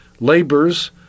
labors